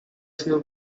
few